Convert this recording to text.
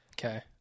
Okay